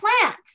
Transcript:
plant